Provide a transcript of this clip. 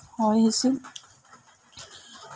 ᱦᱚᱭ ᱦᱤᱸᱥᱤᱫ